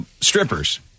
Strippers